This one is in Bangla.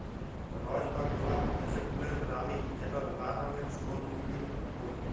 রজ বা গোলাপ হছে ফুলের রালি যেট লাল রঙের সুগল্ধি ফল